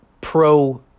pro